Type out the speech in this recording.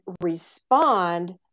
respond